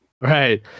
Right